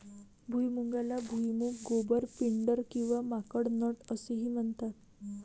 भुईमुगाला भुईमूग, गोबर, पिंडर किंवा माकड नट असेही म्हणतात